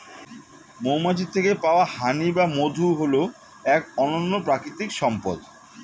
মৌমাছির থেকে পাওয়া হানি বা মধু হল এক অনন্য প্রাকৃতিক সম্পদ